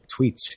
Tweets